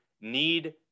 need